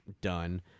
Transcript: done